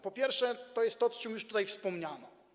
Po pierwsze, to jest to, o czym już tutaj wspomniano.